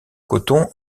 coton